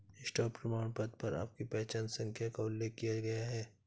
stock प्रमाणपत्र पर आपकी पहचान संख्या का उल्लेख किया गया है